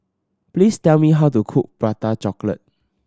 please tell me how to cook Prata Chocolate